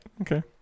Okay